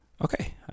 Okay